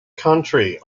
country